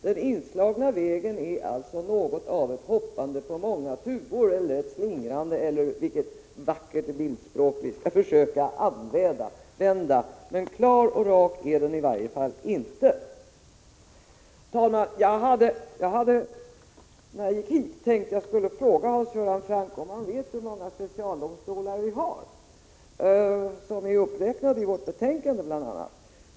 Den inslagna vägen är alltså något av ett hoppande på många tuvor, ett slingrande eller vilket vackert bildspråk man än vill använda. Klar och rak är den i varje fall inte. Herr talman! När jag gick hit hade jag tänkt fråga Hans Göran Franck om han vet hur många specialdomstolar vi har. De är bl.a. uppräknade i vårt betänkande.